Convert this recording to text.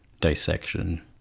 Dissection